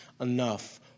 enough